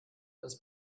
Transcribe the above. das